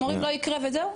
אתם אומרים לא יקרה וזהו?